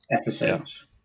episodes